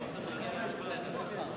איפה זאב אלקין?